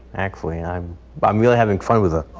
actually. i'm but i'm really having fun with her.